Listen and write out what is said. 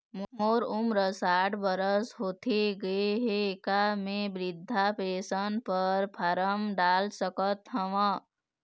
मोर उमर साठ बछर होथे गए हे का म वृद्धावस्था पेंशन पर फार्म डाल सकत हंव?